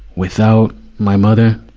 without my mother,